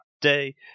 day